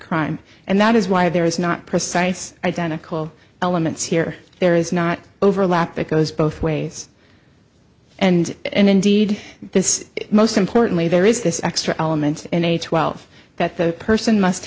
crime and that is why there is not precise identical elements here there is not overlap that goes both ways and indeed this most importantly there is this extra element in a twelve that the person must